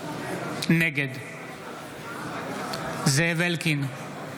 נגד זאב אלקין,